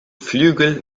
flügel